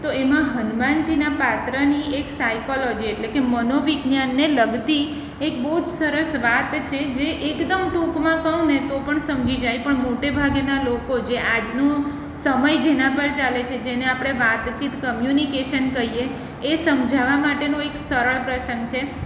તો એમાં હનુમાનજીના પાત્રની એક સાયકોલોજી એટલે કે મનોવિજ્ઞાનને લગતી એક બહુ જ સરસ વાત છે જે એકદમ ટૂંકમાં કહુને તો સમજી જાય પણ મોટેભાગેના લોકો જે આજનો સમય જેના પર ચાલે છે જેને આપણે વાતચીત કમ્યુનિકેશન કહીએ એ સમજાવવા માટેનો એક સરળ પ્રસંગ છે